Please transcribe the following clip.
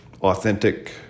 authentic